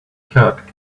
cat